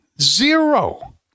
Zero